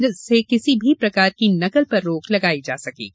जिससे किसी भी प्रकार की नकल पर रोक लगाई जा सकेगी